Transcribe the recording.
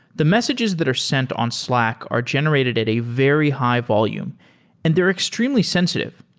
the messages that are sent on slack are generated at a very high-volume and they're extremely sensitive.